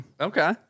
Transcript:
Okay